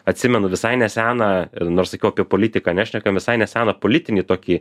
atsimenu visai neseną ir nors sakiau apie politiką nešnekam visai neseną politinį tokį